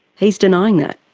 he's denying that.